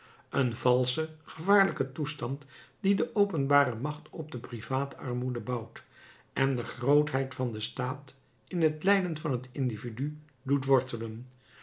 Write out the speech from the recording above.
een valsche gevaarlijke toestand die de openbare macht op de privaatarmoede bouwt en de grootheid van den staat in het lijden van het individu doet wortelen